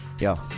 Yo